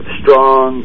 strong